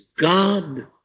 God